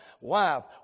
wife